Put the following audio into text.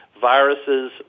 Viruses